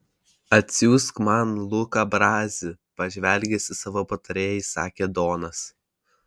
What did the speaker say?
atsiųsk man luką brazį pažvelgęs į savo patarėją įsakė donas